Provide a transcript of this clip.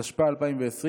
התשפ"א 2020,